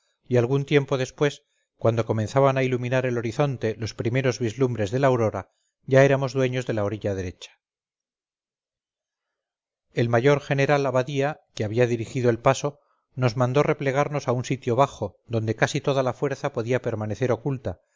y algún tiempo después cuando comenzaban a iluminar el horizonte los primeros vislumbres de la aurora ya éramos dueños de la orilla derecha el mayor general abadía que había dirigido el paso nos mandó replegarnos a un sitio bajo donde casi toda la fuerza podía permanecer oculta